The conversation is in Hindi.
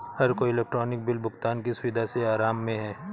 हर कोई इलेक्ट्रॉनिक बिल भुगतान की सुविधा से आराम में है